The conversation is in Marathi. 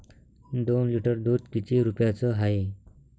दोन लिटर दुध किती रुप्याचं हाये?